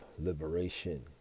liberation